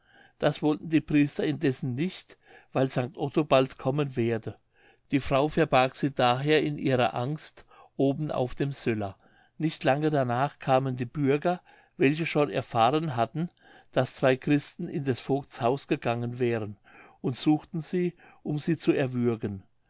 das wollten die priester indessen nicht weil st otto bald kommen werde die frau verbarg sie daher in ihrer angst oben auf dem söller nicht lange danach kamen die bürger welche schon erfahren hatten daß zwei christen in des vogts haus gegangen wären und suchten sie um sie zu erwürgen